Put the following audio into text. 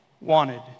wanted